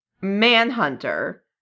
Manhunter